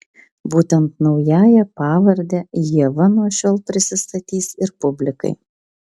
būtent naująja pavarde ieva nuo šiol prisistatys ir publikai